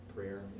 Prayer